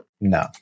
no